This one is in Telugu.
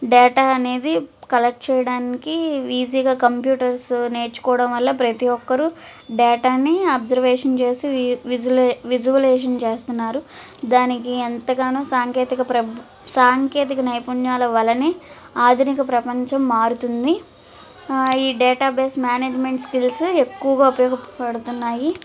డేటా అనేది కలెక్ట్ చేయడానికి ఈజీగా కంప్యూటర్స్ నేర్చుకోవడం వల్ల ప్రతి ఒకరు డేటాని అబ్జర్వేషన్ చేసి విజువల్ విజువలేషన్ చేస్తున్నారు దానికి ఎంతగానో సాంకేతిక ప్రప సాంకేతిక నైపుణ్యాల వలనే ఆధునిక ప్రపంచం మారుతుంది ఈ డేటాబేస్ మేనేజ్మెంట్ స్కిల్స్ ఎక్కువగా ఉపయోగపడుతున్నాయి